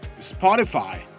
Spotify